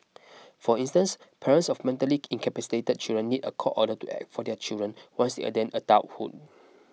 for instance parents of mentally incapacitated children need a court order to act for their children once attain adulthood